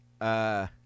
Uh-